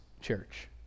church